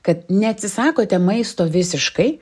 kad neatsisakote maisto visiškai